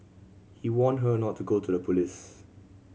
he warned her not to go to the police